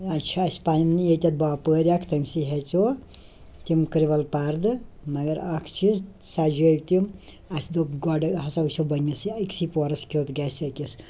اَسہِ چھِ اَسہِ پنٛنہِ ییٚتٮ۪تھ باپٲرۍ اَکھ تٔمۍسٕے ہیٚژیو تِم کِرٛول پردٕ مگر اکھ چیٖز سجٲو تِم اَسہِ دوٚپ گۄڈٕ ہَسا وٕچھِ بہٕ أمِس یہِ أکۍسٕے پورس کیُتھ گَژھِ أکِس